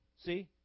See